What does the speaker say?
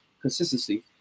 consistency